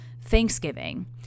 Thanksgiving